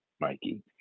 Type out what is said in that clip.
mikey